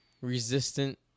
Resistant